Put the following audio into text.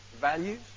values